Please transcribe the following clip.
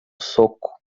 soco